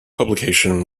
publication